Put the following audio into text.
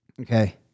Okay